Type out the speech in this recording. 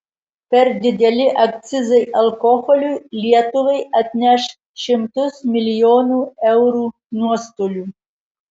per dideli akcizai alkoholiui lietuvai atneš šimtus milijonų eurų nuostolių